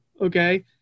okay